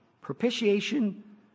Propitiation